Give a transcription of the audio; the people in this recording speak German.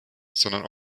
sondern